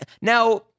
now